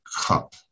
cup